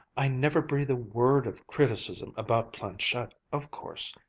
i never breathe a word of criticism about planchette, of course.